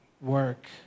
work